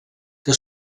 que